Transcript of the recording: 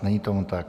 Není tomu tak.